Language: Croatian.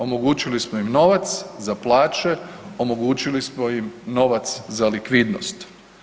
Omogućili smo im novac za plaće, omogućili smo im novac za likvidnost.